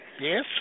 Yes